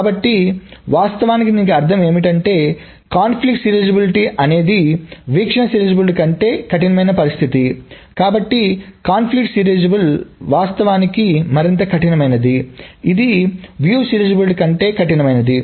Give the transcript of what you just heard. కాబట్టి వాస్తవానికి దీని అర్థం ఏమిటంటే కాన్ఫ్లిక్ట్ సీరియలైజబిలిటీ అనేది వీక్షణ సీరియలైజబిలిటీ కంటే కఠినమైన పరిస్థితి కాబట్టి కాన్ఫ్లిక్ట్ సీరియలైజబుల్ వాస్తవానికి మరింత కఠినమైనది ఇది వీక్షణ సీరియలైజబిలిటీ కంటే కఠినమైనది